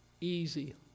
easy